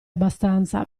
abbastanza